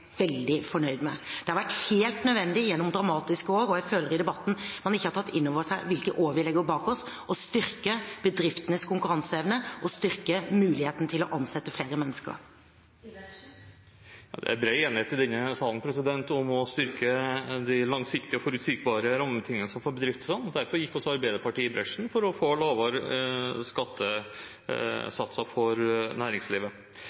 veldig fornøyd med. Det har vært helt nødvendig gjennom dramatiske år – jeg føler at man i debatten ikke har tatt inn over seg hvilke år vi legger bak oss – å styrke bedriftenes konkurranseevne og styrke muligheten til å ansette flere mennesker. Det er bred enighet i denne salen om å styrke de langsiktige og forutsigbare rammebetingelsene for bedriftene. Derfor gikk Arbeiderpartiet i bresjen for å få lavere skattesatser for næringslivet.